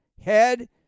head